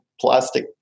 plastic